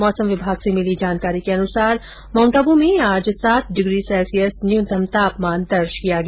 मौसम विभाग से मिली जानकारी के अनुसार माउंट आबू में आज सात डिग्री सैल्सियस न्यूनतम तापमान दर्ज किया गया